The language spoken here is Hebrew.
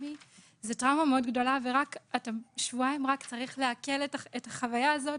זאת טראומה מאוד גדולה ושבועיים רק צריך לעכל את החוויה הזאת.